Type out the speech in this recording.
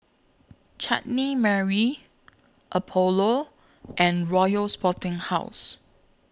Chutney Mary Apollo and Royal Sporting House